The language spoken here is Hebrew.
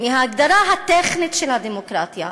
היא ההגדרה הטכנית של הדמוקרטיה.